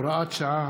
הוראת שעה),